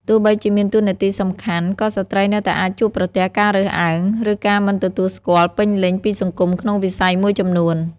ទោះបីជាមានតួនាទីសំខាន់ ក៏ស្ត្រីនៅតែអាចជួបប្រទះការរើសអើង ឬការមិនទទួលស្គាល់ពេញលេញពីសង្គមក្នុងវិស័យមួយចំនួន។